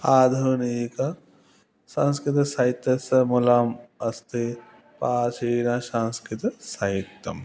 आधुनिकसंस्कृतसाहित्यस्य मूलम् अस्ति प्राचीनसंस्कृत साहित्यम्